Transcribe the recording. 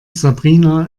sabrina